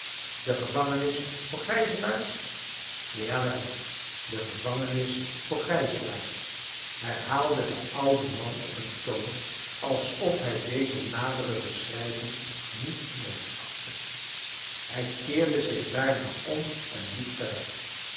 de gevangenis voor gijzelaars jawel de gevangenis voor gijzelaars herhaaide de oude man op een toon alsof hij deze nadere beschrijving niet noodig achtte hij keerde zich daarna om en liep verder